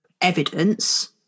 evidence